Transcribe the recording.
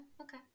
Okay